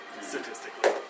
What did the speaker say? Statistically